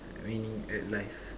meaning at life